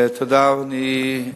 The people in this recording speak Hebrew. תודה, אדוני.